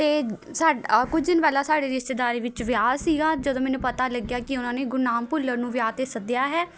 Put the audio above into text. ਅਤੇ ਸਾਡ ਆ ਕੁਝ ਦਿਨ ਪਹਿਲਾਂ ਸਾਡੇ ਰਿਸ਼ਤੇਦਾਰੀ ਵਿੱਚ ਵਿਆਹ ਸੀਗਾ ਜਦੋਂ ਮੈਨੂੰ ਪਤਾ ਲੱਗਿਆ ਕਿ ਉਨ੍ਹਾਂ ਨੇ ਗੁਰਨਾਮ ਭੁੱਲਰ ਨੂੰ ਵਿਆਹ 'ਤੇ ਸੱਦਿਆ ਹੈ